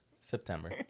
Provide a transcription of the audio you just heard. September